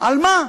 על מה?